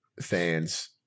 fans